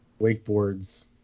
wakeboards